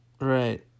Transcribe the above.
Right